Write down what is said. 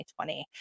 2020